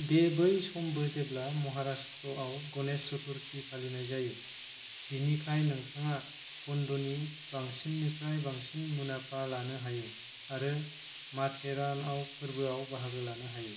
बे बै समबो जेब्ला महाराष्ट्रआव गणेश चतुर्थी फालिनाय जायो बिनिखाय नोंथाङा बन्दनि बांसिननिफ्राय बांसिन मुनाफा लानो हायो आरो माथेरानआव फोरबोआव बाहागो लानो हायो